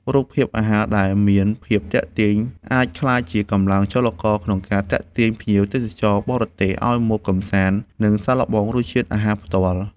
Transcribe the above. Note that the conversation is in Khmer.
រូបភាពអាហារដែលមានភាពទាក់ទាញ អាចក្លាយជាកម្លាំងចលករក្នុងការទាក់ទាញភ្ញៀវទេសចរបរទេសឱ្យមកកម្សាន្ត និងសាកល្បងរសជាតិអាហារផ្ទាល់។